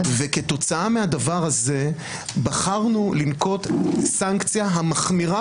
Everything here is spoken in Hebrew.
כתוצאה מהדבר הזה בחרנו לנקוט את הסנקציה המחמירה